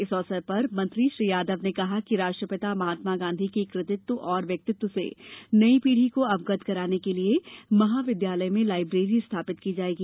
इस अवसर पर मंत्री श्री यादव ने कहा कि राष्ट्रपिता महात्मा गाँधी के कृतित्व और व्यक्तित्व से नई पीढ़ी को अवगत कराने के लिये महाविद्यालय में लायब्रेरी स्थापित की जायेगी